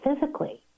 physically